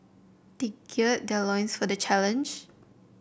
they gird their loins for the challenge